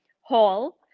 hall